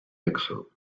pixel